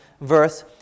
verse